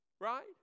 Right